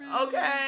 Okay